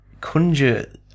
conjure